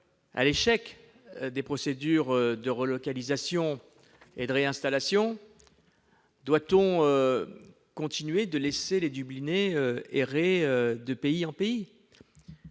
l'échec des procédures de relocalisation et de réinstallation, doit-on continuer de laisser les « dublinés » errer de pays en pays ?